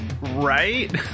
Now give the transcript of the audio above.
right